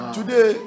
Today